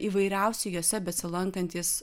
įvairiausi jose besilankantys